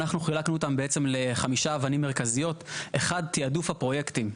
אנחנו חילקנו אותן בעצם לחמש אבנים מרכזיות: תעדוף הפרויקטים.